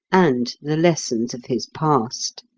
and the lessons of his past.